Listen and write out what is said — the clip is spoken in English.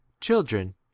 Children